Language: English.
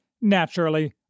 naturally